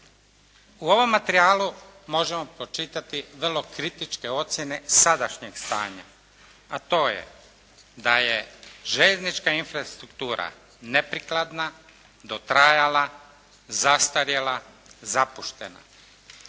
U ovom materijalu možemo pročitati vrlo kritičke ocjene sadašnjeg stanja, a to je da je željeznička infrastruktura neprikladna, dotrajala, zastarjela, zapuštena